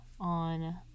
on